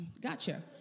Gotcha